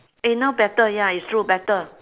eh now better ya it's true better